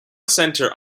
center